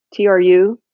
tru